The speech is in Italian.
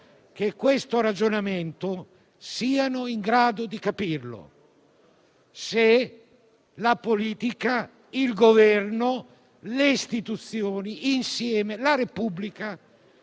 che questo ragionamento siano in grado di capirlo, se la politica, il Governo, le istituzioni insieme e la Repubblica